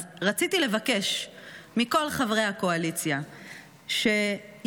אז רציתי לבקש מכל חברי הקואליציה שיקראו